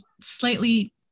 slightly